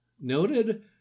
noted